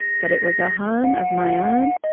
but it was a home of my own,